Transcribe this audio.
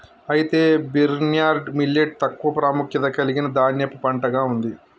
అయితే barnyard millet తక్కువ ప్రాముఖ్యత కలిగిన ధాన్యపు పంటగా ఉంది